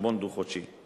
בחשבון דוח חודשי.